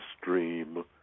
stream